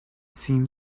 seemed